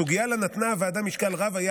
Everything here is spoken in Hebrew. סוגיה שלה נתנה הוועדה משקל רב היה